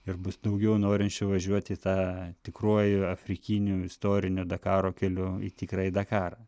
ir bus daugiau norinčių važiuoti į tą tikruoju afrikiniu istoriniu dakaro keliu į tikrąjį dakarą